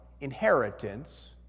inheritance